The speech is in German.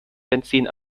benzin